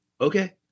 Okay